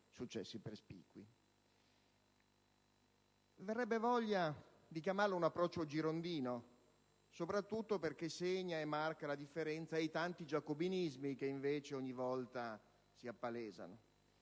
Verrebbe voglia di definirlo un approccio girondino, soprattutto perché segna e marca la differenza con i tanti giacobinismi che invece ogni volta si appalesano: